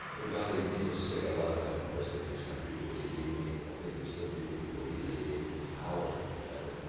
uganda needless to say got a lot of bad publicity in this country because of idi amin. and i think there's still people who believe that idi amin is in power in uganda.